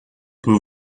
peut